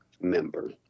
member